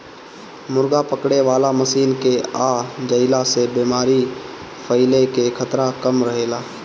मुर्गा पकड़े वाला मशीन के आ जईला से बेमारी फईले कअ खतरा कम रहेला